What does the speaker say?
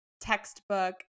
textbook